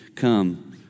Come